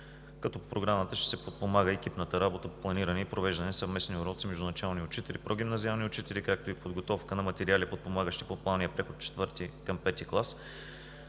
По Програмата ще се подпомага екипната работа по планиране и провеждане на съвместни уроци между начални и прогимназиални учители, както и подготовка на материали, подпомагащи по-плавния преход от четвърти към пети клас.